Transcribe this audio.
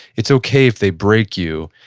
it's okay if they break you.